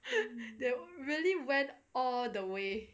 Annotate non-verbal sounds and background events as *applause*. *laughs* they're really went all the way